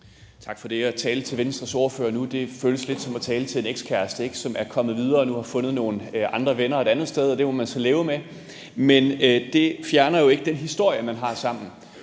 Tak for det. At tale til Venstres ordfører nu føles lidt som at tale til en ekskæreste, som er kommet videre og nu har fundet nogle andre venner et andet sted, og det må man så leve med. Men det fjerner jo ikke den historie, man har sammen,